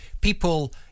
people